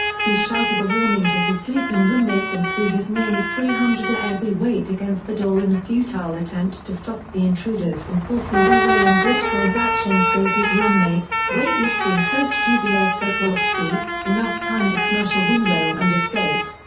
he shouted a warning to his sleeping roommates and threw his nearly three hundred ah lb. weight against the door in a futile attempt to stop the intruders from forcing their way in. gutfreund's actions gave his roommate, weightlifting coach tuvia sokolovsky, enough time to smash a window and escape.